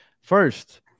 First